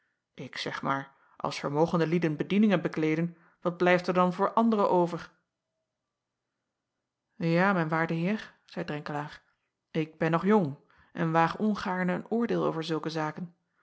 k zeg maar als vermogende lieden bedieningen bekleeden wat blijft er dan voor anderen over a mijn waarde eer zeî renkelaer ik ben nog jong en waag ongaarne een oordeel over zulke zaken